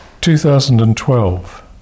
2012